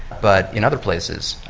but in other places,